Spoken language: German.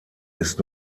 ist